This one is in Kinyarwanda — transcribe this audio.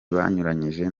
banyuranyije